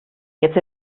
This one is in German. jetzt